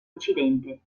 incidente